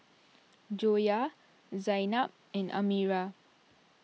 Joyah Zaynab and Amirah